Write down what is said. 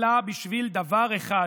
אלא בשביל דבר אחד,